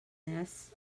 this